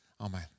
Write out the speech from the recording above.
Amen